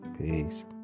Peace